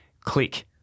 Click